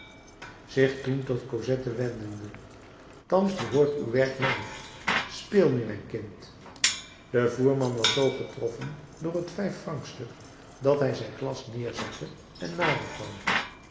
zich toen tot cosette wendende thans behoort uw werk mij speel nu mijn kind de voerman was zoo getroffen door het vijffrancstuk dat hij zijn glas neerzette en nader kwam